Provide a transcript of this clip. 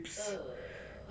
err